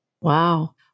Wow